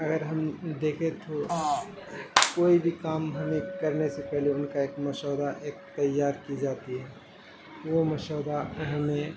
اگر ہم دیکھیں تو کوئی بھی کام ہمیں کرنے سے پہلے ان کا ایک مسودہ ایک تیار کی جاتی ہے وہ مسودہ ہمیں